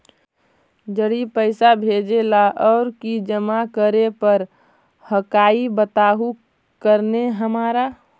जड़ी पैसा भेजे ला और की जमा करे पर हक्काई बताहु करने हमारा?